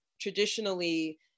traditionally